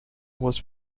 was